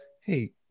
hey